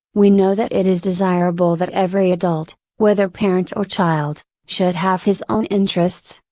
we know that it is desirable that every adult, whether parent or child, should have his own interests,